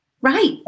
Right